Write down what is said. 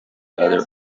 other